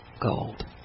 gold